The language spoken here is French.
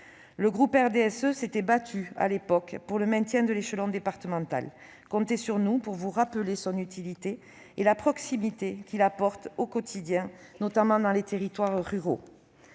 Le groupe du RDSE s'était battu à l'époque pour le maintien de l'échelon départemental : comptez sur nous pour vous rappeler son utilité et la proximité qu'il apporte au quotidien, notamment dans les territoires ruraux.